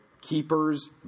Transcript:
keepers